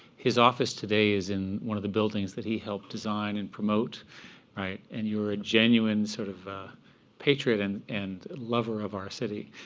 his office, today, is in one of the buildings that he helped design and promote. right and you're a genuine sort of patriot and and lover of our city.